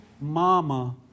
mama